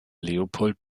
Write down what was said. leopold